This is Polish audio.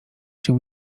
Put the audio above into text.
się